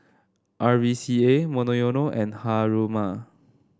R V C A Monoyono and Haruma